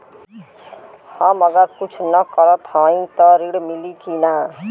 हम अगर कुछ न करत हई त ऋण मिली कि ना?